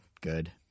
good